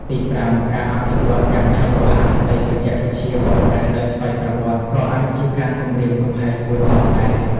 ទីប្រាំ ការអភិវឌ្ឍន៍យ៉ាងឆាប់រហ័សនៃបច្ចេកវិទ្យាបកប្រែដោយស្វ័យប្រវត្តិ ក៏អាចជាការគំរាមកំហែងមួយផងដែរ។